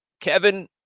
Kevin